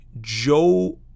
Joe